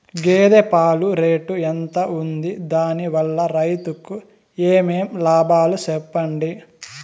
గేదె పాలు రేటు ఎంత వుంది? దాని వల్ల రైతుకు ఏమేం లాభాలు సెప్పండి?